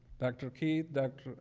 dr. keith, dr.